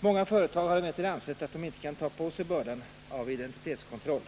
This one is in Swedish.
Många företag har emellertid ansett att de inte kan ta på sig bördan av identitetskontroll.